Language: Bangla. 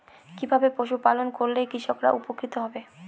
কিভাবে পশু পালন করলেই কৃষকরা উপকৃত হবে?